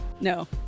No